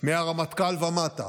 מהרמטכ"ל ומטה